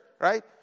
Right